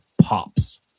pops